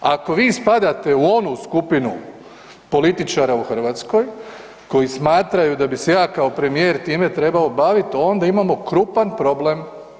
Ako vi spadate u onu skupinu političara u Hrvatskoj koji smatraju da bi se ja kao premijer time trebao baviti, onda imamo krupan problem.